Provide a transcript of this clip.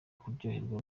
kuryoherwa